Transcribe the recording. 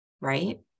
right